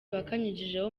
wakanyujijeho